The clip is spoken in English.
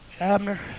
Abner